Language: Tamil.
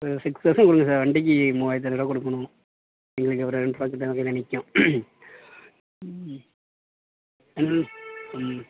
ஒரு சிக்ஸ் தௌசண்ட் கொடுங்க சார் வண்டிக்கு மூவாயிரத்தி ஐநூறுபா கொடுக்கணும் எங்களுக்கு ஒரு ரெண்டுரூபாக்கிட்ட வகையில் நிற்கும்